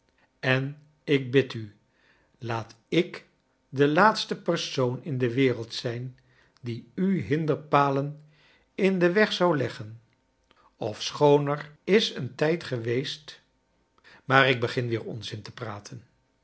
en ik bid u laat i k de laatste persoon in de wereld zijn die u hinderpalen in den weg zou leggen ofschoon er i s een tijd geweest maar ik begin weer onzin te praten